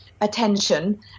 attention